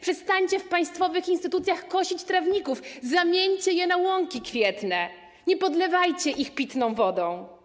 Przestańcie w państwowych instytucjach kosić trawniki, zamieńcie je na łąki kwietne, nie podlewajcie ich pitną wodą.